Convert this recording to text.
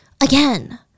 again